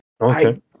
Okay